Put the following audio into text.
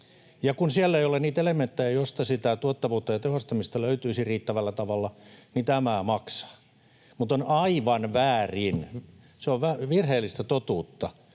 Ja kun siellä ei ole niitä elementtejä, joista sitä tuottavuutta ja tehostamista löytyisi riittävällä tavalla, niin tämä maksaa. Mutta on aivan väärin — se on virheellistä totuutta